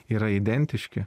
yra identiški